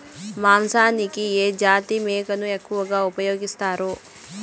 మాంసానికి ఏ జాతి మేకను ఎక్కువగా ఉపయోగిస్తారు?